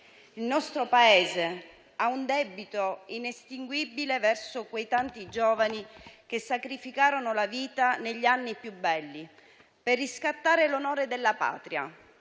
Il nostro Paese ha un debito inestinguibile verso quei tanti giovani che sacrificarono la vita negli anni più belli, per riscattare l'onore della Patria,